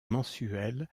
mensuel